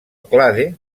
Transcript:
clade